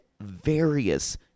various